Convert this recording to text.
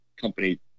company